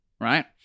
right